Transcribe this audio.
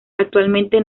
actualmente